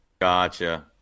Gotcha